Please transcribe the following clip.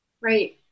Right